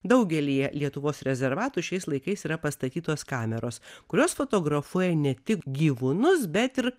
daugelyje lietuvos rezervatų šiais laikais yra pastatytos kameros kurios fotografuoja ne tik gyvūnus bet ir